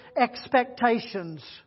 expectations